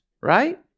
right